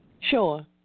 Sure